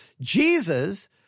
Jesus